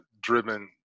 driven